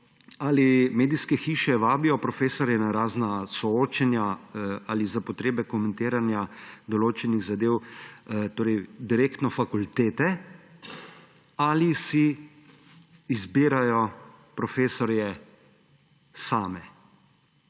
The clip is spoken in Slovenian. Ali medijske hiše vabijo profesorje na razna soočenja, ali za potrebe komentiranja določenih zadev direktno fakultete, ali si izbirajo profesorje same?